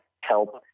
help